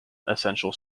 essential